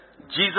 Jesus